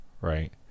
right